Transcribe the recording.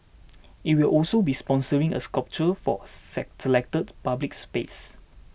it will also be sponsoring a sculpture for a selected public space